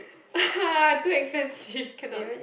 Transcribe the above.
too expensive cannot